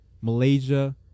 Malaysia